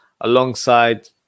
alongside